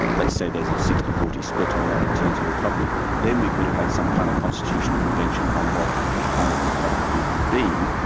let's say there's a sixty forty split on that in terms of a republic, then we could have had some kind of constitutional convention on what kind of republic we would have been,